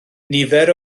nifer